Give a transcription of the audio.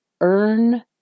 earn